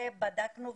בדקנו,